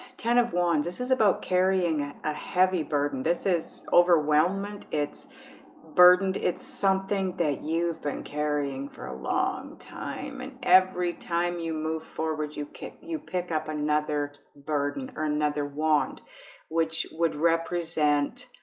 ten of wands. this is about carrying a heavy burden. this is overwhelming its burdened it's something that you've been carrying for a long time and every time you move forward you kick you pick up another burden or another wand which would represent